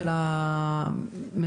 האלה ובדיונים בנושא,